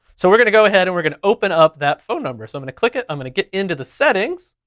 so we're gonna go ahead and we're gonna open up that phone number. so i'm gonna click it i'm gonna get into the settings.